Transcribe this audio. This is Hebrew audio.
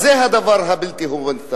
אז זה הדבר הבלתי-הומניטרי,